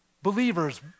Believers